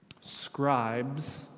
Scribes